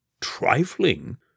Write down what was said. Trifling